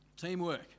teamwork